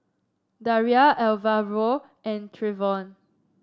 Daria Alvaro and Trevion